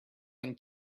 and